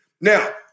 Now